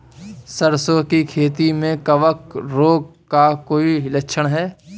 सरसों की खेती में कवक रोग का कोई लक्षण है?